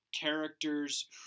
characters